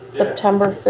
september